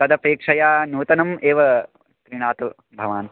तदपेक्षया नूतनम् एव क्रीणातु भवान्